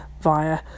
via